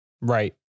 Right